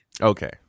Okay